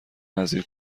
نظیر